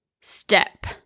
step